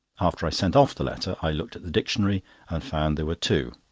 after i sent off the letter i looked at the dictionary and found there were two.